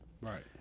Right